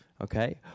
Okay